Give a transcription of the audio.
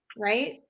right